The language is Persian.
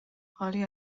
حالی